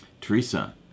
Teresa